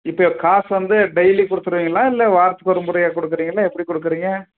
இப்போ காசு வந்து டெயிலி கொடுத்துடுவீங்களா இல்லை வாரத்துக்கு ஒரு முறையாக கொடுக்குறீங்களா எப்படி கொடுக்குறீங்க